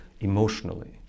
emotionally